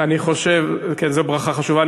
אני חושב, כן, זו ברכה חשובה.